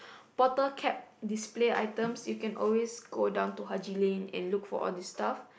bottle cap display items you can always go down to Haji-Lane and look for these stuff